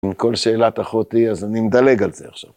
עם כל שאלת אחותי, אז אני מדלג על זה עכשיו.